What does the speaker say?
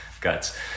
guts